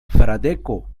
fradeko